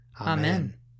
Amen